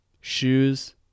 shoes